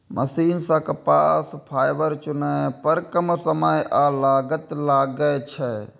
machine सं कपास fibre चुनै पर कम समय आ लागत लागै छै